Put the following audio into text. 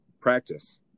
practice